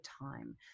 time